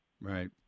Right